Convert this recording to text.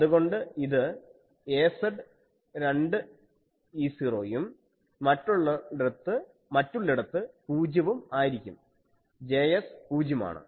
അതുകൊണ്ട് ഇത് az 2E0 യും മറ്റുള്ളിടത്ത് 0 വും ആയിരിക്കും Js പൂജ്യമാണ്